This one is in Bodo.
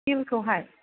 हिलखौहाय